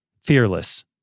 fearless